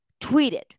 tweeted